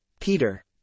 Peter